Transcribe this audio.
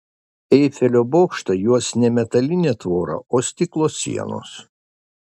eifelio bokštą juos ne metalinė tvora o stiklo sienos